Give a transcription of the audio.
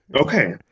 okay